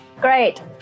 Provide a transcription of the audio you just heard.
Great